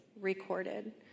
recorded